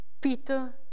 Peter